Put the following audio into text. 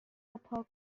پاک